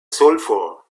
sulfur